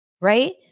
right